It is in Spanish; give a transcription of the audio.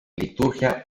liturgia